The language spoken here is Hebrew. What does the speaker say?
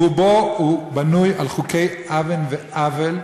רובו בנוי על חוקי אוון ועוול,